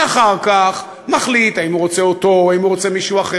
ואחר כך מחליט אם הוא רוצה אותו או אם הוא רוצה מישהו אחר,